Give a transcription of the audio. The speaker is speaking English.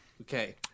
Okay